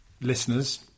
listeners